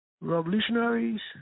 revolutionaries